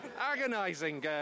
agonising